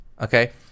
Okay